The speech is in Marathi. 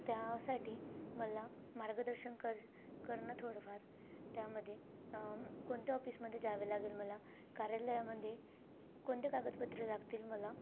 त्यासाठी मला मार्गदर्शन कर कर ना थोडंफार त्यामध्ये कोणत्या ऑफिसमध्ये जावे लागेल मला कार्यालयामध्ये कोणते कागदपत्रे लागतील मला